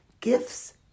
Gifts